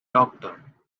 doctor